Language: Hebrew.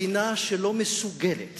מדינה שלא מסוגלת